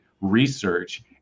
research